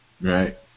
right